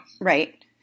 Right